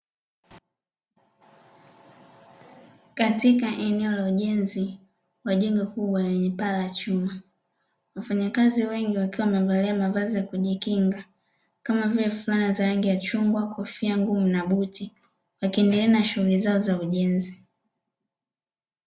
Katika eneo la ujenzi wa jengo kubwa lenye paa la chuma wafanyakazi wengi wakiwa wamevalia mavazi ya kujikinga kama vile fulana za rangi ya chungwa, kofia ngumu na buti wakiendelea na shughuli zao za ujenzi.